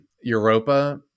Europa